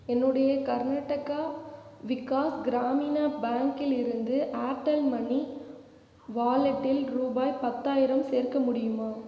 என்னுடைய கர்நாடகா விகாஸ் கிராமினா பேங்க்கிலிருந்து Airtel money வாலெட்டில் ரூபாய் பத்தாயிரம் சேர்க்க முடியுமா